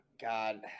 god